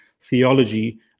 theology